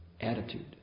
attitude